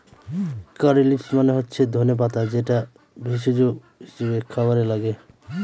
কারী leaves মানে হচ্ছে ধনে পাতা যেটা ভেষজ হিসাবে খাবারে লাগে